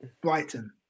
Brighton